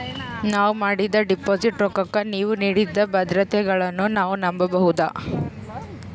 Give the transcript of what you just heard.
ನಾವು ಮಾಡಿದ ಡಿಪಾಜಿಟ್ ರೊಕ್ಕಕ್ಕ ನೀವು ನೀಡಿದ ಭದ್ರತೆಗಳನ್ನು ನಾವು ನಂಬಬಹುದಾ?